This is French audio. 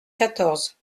quatorze